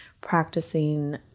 practicing